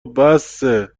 بسه